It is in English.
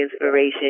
inspiration